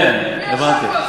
כן, הבנתי.